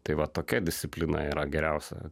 tai va tokia disciplina yra geriausia